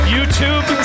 YouTube